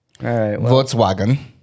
Volkswagen